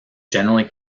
generally